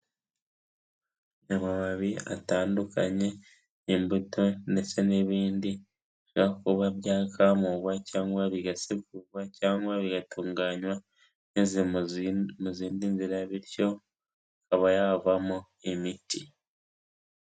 Amababi atandukanye, imbuto ndetse n'ibindi byakuba byakamuwe cyangwa bigasigurwa cyangwa bigatunganywa neza mu zindi nzira bityo akaba yavamo imiti.